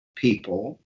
People